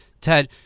Ted